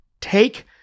Take